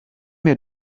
mir